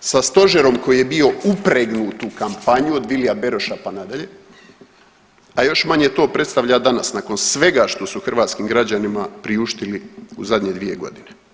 sa stožerom koji je bio upregnut u kampanju od Vilija Beroša pa nadalje, a još manje to predstavlja danas nakon svega što su hrvatskim građanima priuštili u zadnje 2 godine.